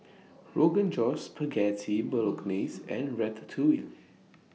Rogan Josh Spaghetti Bolognese and Ratatouille